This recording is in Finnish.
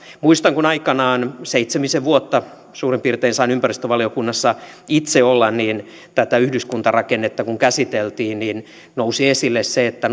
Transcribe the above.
muistan kun aikanaan seitsemisen vuotta suurin piirtein sain ympäristövaliokunnassa itse olla tätä yhdyskuntarakennetta kun käsiteltiin nousi esille se että